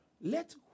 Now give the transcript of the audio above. let